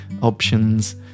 options